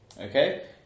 Okay